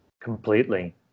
Completely